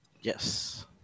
Yes